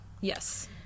Yes